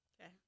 Okay